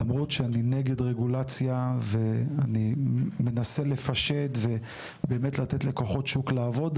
למרות שאני נגד רגולציה ואני מנסה לפשט ובאמת לתת לכוחות השוק לעבוד.